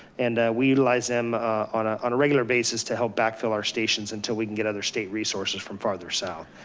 and we utilize them on ah on a regular basis to help backfill our stations until we can get other state resources from farther south.